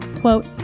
Quote